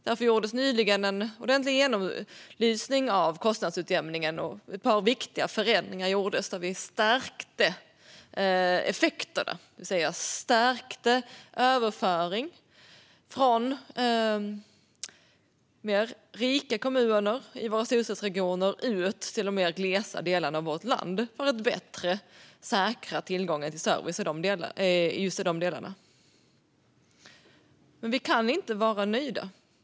Därför gjordes nyligen en ordentlig genomlysning av kostnadsutjämningen, och ett par viktiga förändringar gjordes, där vi stärkte effekterna. Vi stärkte överföringen från rikare kommuner i storstadsregionerna till de mer glesbebyggda delarna av vårt land för att förbättra tillgången till service i de delarna. Men vi kan inte vara nöjda.